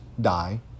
die